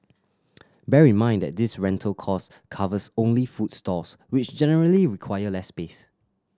bear in mind that this rental cost covers only food stalls which generally require less space